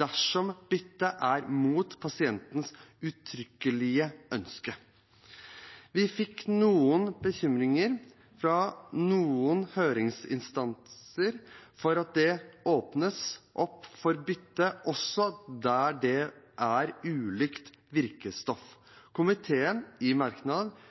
dersom byttet er mot pasientens uttrykkelige ønske. Vi fikk noen bekymringer fra noen høringsinstanser for at det åpnes opp for bytte også der det er ulikt virkestoff. Komiteen understreker i merknad